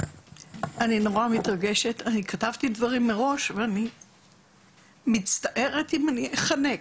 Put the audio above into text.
אני כתבתי דברים מראש ואני מצטערת אם אני אחנק.